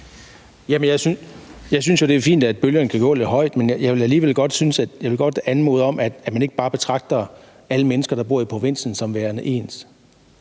Jeg synes jo, det er fint, at bølgerne kan gå lidt højt, men jeg vil alligevel godt anmode om, at man ikke bare betragter alle mennesker, der bor i provinsen som værende ens.